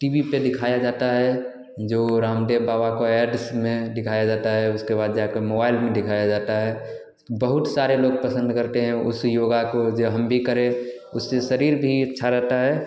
TV पर दिखाया जाता है जो रामदेव बाबा को एयर डिस में दिखाया जाता है उसके बाद जा कर मोबाइल में दिखाया जाता है बहुत सारे लोग पसंद करते हैं उस योगा को जो हम भी करें उससे शरीर भी अच्छा रहता है